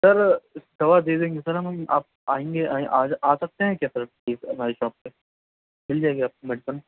سر دوا دے دیں گے سر ہم ہم آپ آئیں گے آئیں گے آج سکتے ہیں کیا سر آپ پلیز ہماری شاپ پہ مل جائے گی آپ کو میڈیسن